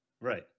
Right